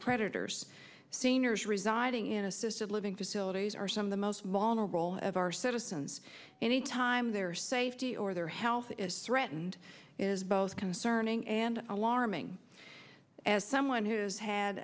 predators seniors residing in assisted living facilities are some of the most vulnerable of our citizens any time their safety or their health is threatened is both concerning and alarming as someone who has had